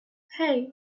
hey